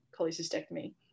cholecystectomy